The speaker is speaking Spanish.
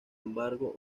embargo